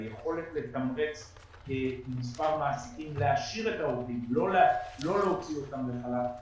היכולת לתמרץ מספר מעסיקים להשאיר את העובדים ולא להוציא אותם לחל"ת,